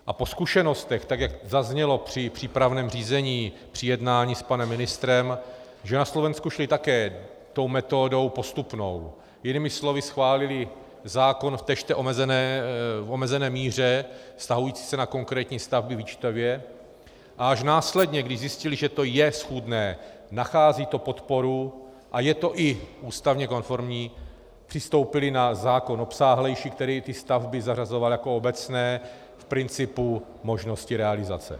A po zkušenostech, tak jak zaznělo při přípravném řízení, při jednání s panem ministrem, že na Slovensku šli také tou metodou postupnou, jinými slovy schválili zákon též v té omezené míře, vztahující se na konkrétní stavby výčtově, a až následně, když zjistili, že to je schůdné, nachází to podporu a je to i ústavně konformní, přistoupili na zákon obsáhlejší, který ty stavby zařazoval jako obecné v principu možnosti realizace.